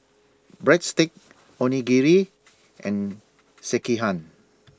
Breadsticks Onigiri and Sekihan